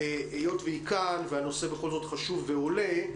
היות והיא כאן והנושא בכל זאת חשוב ועולה,